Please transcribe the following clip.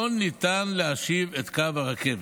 לא ניתן להשיב את קו הרכבת.